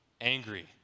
angry